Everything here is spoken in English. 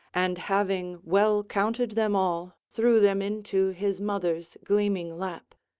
and having well counted them all threw them into his mother's gleaming lap.